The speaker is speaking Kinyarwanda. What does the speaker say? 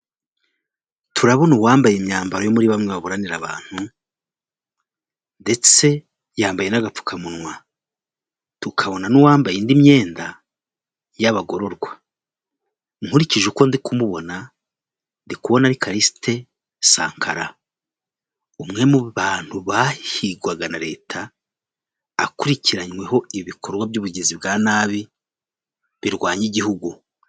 Turabona uwambaye imyambaro yo muri bamwe baburanira abantu ndetse yambaye n'agapfukamunwa, tukabona n'uwambaye indi myenda y'abagororwa. Nkurikije uko ndi kumubona ndi kubona Callixte Sankara, umwe mu bantu bahigwaga na leta akurikiranyweho ibikorwa by'ubugizi bwa nabi birwanya igihugu.